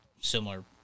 similar